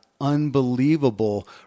unbelievable